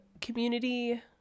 community